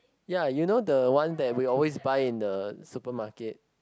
ya you know the one that we always buy in the supermarket